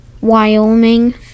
Wyoming